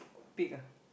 pick ah